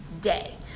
day